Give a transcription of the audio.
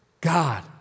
God